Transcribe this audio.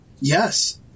Yes